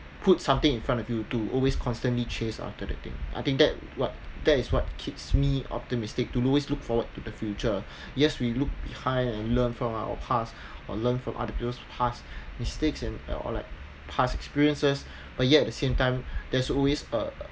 put something in front of you to always constantly chase after the thing I think that what that is what keeps me optimistic to always look forward to the future yes we look behind and learn from our past or learn from other people's past mistakes and or like past experiences but yet the same time there's always a